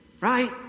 right